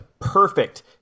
perfect